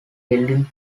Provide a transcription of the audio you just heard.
building